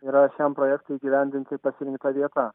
yra šiam projektui įgyvendinti pasirinkta vieta